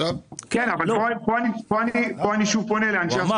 כן, אבל פה אני שוב פונה לאנשי הסטטיסטיקה.